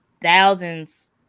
Thousands